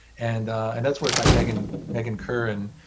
and and that's work by megan megan curran